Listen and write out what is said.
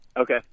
Okay